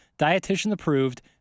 dietitian-approved